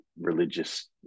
religious